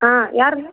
ஆ யாருங்க